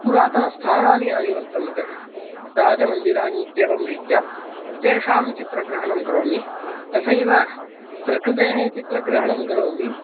पुरातनस्थानानि यानि वर्तन्ते राजमन्दिराणि इत्येवं रीत्या तेषां चित्रग्रहणं करोमि तथैव प्रकृतेः चित्रग्रहणं करोमि